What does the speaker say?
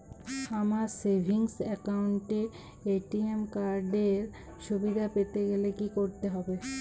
আমার savings account এ ATM card এর সুবিধা পেতে গেলে কি করতে হবে?